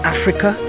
Africa